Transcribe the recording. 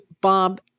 Bob